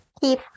keep